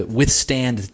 withstand